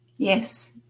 Yes